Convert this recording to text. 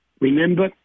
Remember